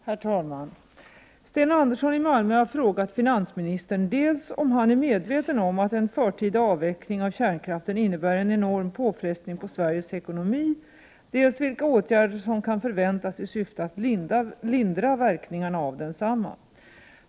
Herr talman! Sten Andersson i Malmö har frågat finansministern dels om han är medveten om att en förtida avveckling av kärnkraften innebär en enorm påfrestning på Sveriges ekonomi, dels vilka åtgärder som kan förväntas i syfte att lindra verkningarna av densamma.